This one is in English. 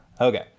Okay